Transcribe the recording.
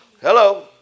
Hello